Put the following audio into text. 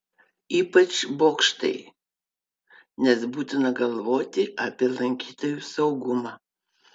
ypač bokštai nes būtina galvoti apie lankytojų saugumą